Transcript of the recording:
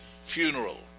funeral